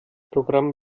programm